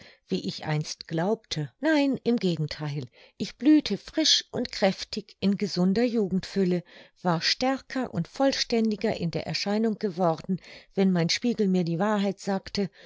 wie ich einst glaubte nein im gegentheil ich blühte frisch und kräftig in gesunder jugendfülle war stärker und vollständiger in der erscheinung geworden wenn mein spiegel mir die wahrheit sagte